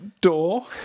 Door